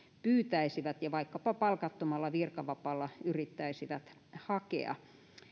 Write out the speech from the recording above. pyytäisivät ja vaikkapa palkatonta virkavapaata yrittäisivät hakea